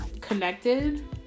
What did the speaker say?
connected